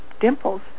dimples